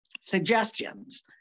suggestions